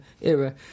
era